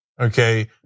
okay